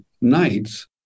nights